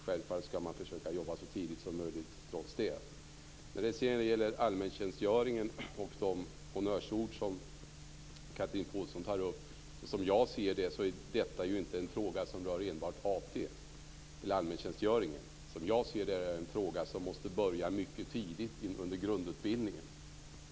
Självfallet skall man försöka jobba så tidigt som möjligt trots det. När det sedan gäller allmäntjänstgöringen och de honnörsord som Chatrine Pålsson tar upp är ju detta inte en fråga som rör enbart AT. Som jag ser det är det en fråga som måste börja mycket tidigt under grundutbildningen.